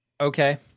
Okay